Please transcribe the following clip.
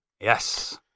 Yes